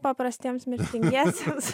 paprastiems mirtingiesiems